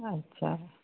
अच्छा